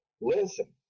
listen